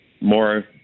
more